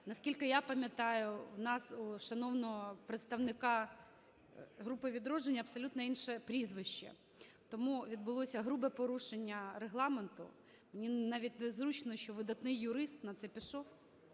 Наскільки я пам'ятаю, в нас у шановного представника групи "Відродження" абсолютно інше прізвище. Тому відбулося грубе порушення Регламенту. Мені навіть незручно, що видатний юрист на це пішов.